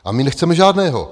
A my nechceme žádného.